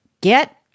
get –